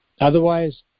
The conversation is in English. otherwise